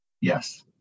Yes